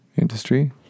industry